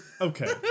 okay